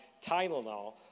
Tylenol